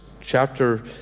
chapter